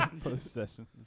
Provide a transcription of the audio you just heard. Possession